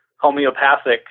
homeopathic